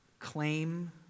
claim